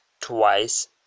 twice